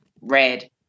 Red